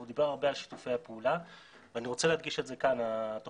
הוא דיבר הרבה על שיתופי הפעולה ואני רוצה להדגיש את זה כאן.